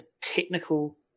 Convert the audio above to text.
technical